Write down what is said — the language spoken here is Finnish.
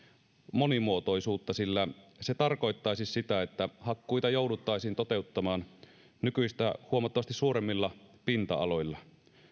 monimuotoisuutta sillä se tarkoittaisi sitä että hakkuita jouduttaisiin toteuttamaan nykyistä huomattavasti suuremmilla pinta aloilla